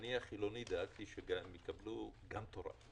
אני החילוני דאגתי שיקבלו גם תורה.